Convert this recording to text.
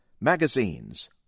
magazines